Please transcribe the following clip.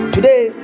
Today